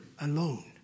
alone